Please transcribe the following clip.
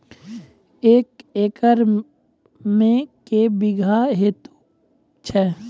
एक एकरऽ मे के बीघा हेतु छै?